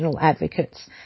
advocates